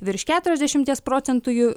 virš keturiasdešimties procentų jų